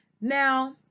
Now